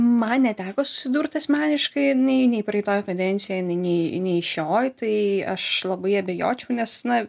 man neteko susidurt asmeniškai nei nei praeitoj kadencijoj nei nei šioj tai aš labai abejočiau nes na